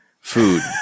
Food